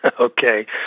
Okay